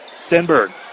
Stenberg